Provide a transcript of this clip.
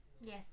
Yes